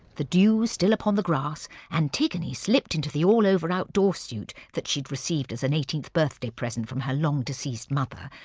the dew still upon the grass, antigone slipped into the all-over outdoor suit that she'd received as an eighteenth birthday present from her long deceased mother,